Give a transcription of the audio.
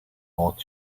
ought